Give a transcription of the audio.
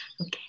okay